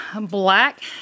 Black